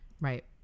Right